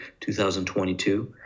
2022